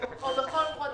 כבר מזמן.